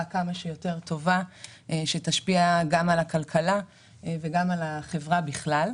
כמה שיותר טובה שתשפיע גם על הכלכלה וגם על החברה בכלל.